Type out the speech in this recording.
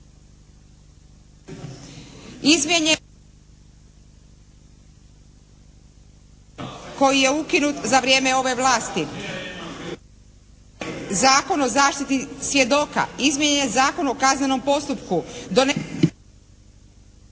uključio./… koji je ukinut za vrijeme ove vlasti, Zakon o zaštiti svjedoka. Izmijenjen je Zakon o kaznenom postupku …/Govornik